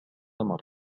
مرة